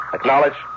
Acknowledge